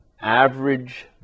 average